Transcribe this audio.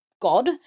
god